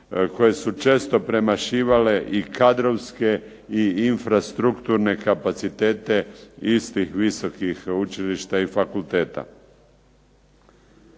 koje su često premašivale kadrovske i infrastrukturne kapacitete istih visokih učilišta i fakulteta.